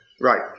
Right